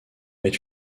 est